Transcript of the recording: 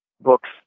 books